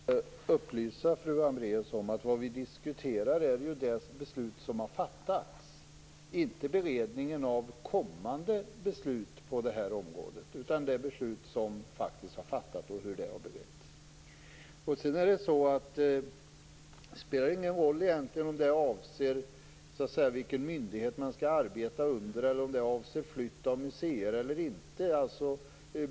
Fru talman! Får jag upplysa fru Hambraeus om att det vi diskuterar är det beslut som har fattats, inte beredningen av kommande beslut på det här området, utan hur det beslut som har fattats har beretts. Det spelar egentligen ingen roll om ärendet avser vilken myndighet man skall arbeta under eller om det avser flytt av museer eller inte.